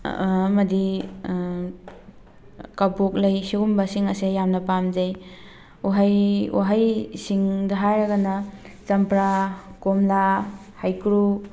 ꯑꯃꯗꯤ ꯀꯕꯣꯛꯂꯩ ꯁꯤꯒꯨꯝꯕꯁꯤꯡ ꯑꯁꯦ ꯌꯥꯝꯅ ꯄꯥꯝꯖꯩ ꯎꯍꯩ ꯋꯥꯍꯩꯁꯤꯡꯗ ꯍꯥꯏꯔꯒꯅ ꯆꯝꯄ꯭ꯔꯥ ꯀꯣꯝꯂꯥ ꯍꯩꯀ꯭ꯔꯨ